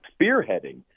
spearheading